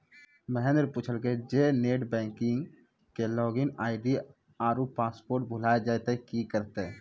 महेन्द्र पुछलकै जे net banking के लागिन आई.डी आरु पासवर्ड भुलाय जाय त कि करतै?